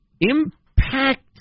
impact